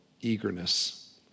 eagerness